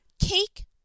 Cake